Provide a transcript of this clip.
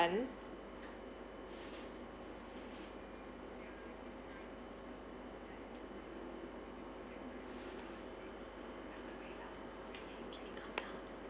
run